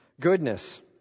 Goodness